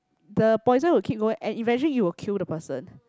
the poison will keep going and eventually he will kill the person